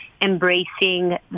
embracing